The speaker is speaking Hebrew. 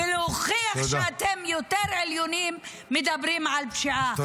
-- ולהוכיח שאתם יותר עליונים, מדברים על פשיעה.